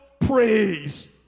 praise